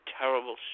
terrible